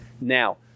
Now